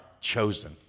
chosen